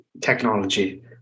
technology